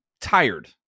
tired